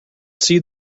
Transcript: see